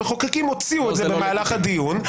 המחוקקים הוציאו את זה במהלך הדיון,